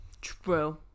True